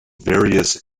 various